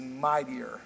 mightier